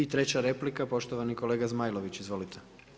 I treća replika, poštovani kolega Zmajlović, izvolite.